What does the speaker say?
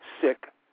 sick